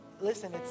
listen